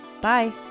Bye